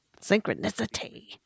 Synchronicity